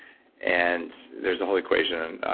and there's a whole equation.